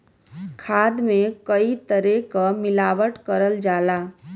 खाद में कई तरे क मिलावट करल जाला